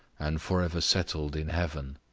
and for ever settled in heaven.